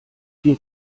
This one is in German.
wir